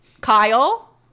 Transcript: Kyle